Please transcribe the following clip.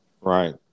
Right